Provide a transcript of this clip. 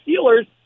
Steelers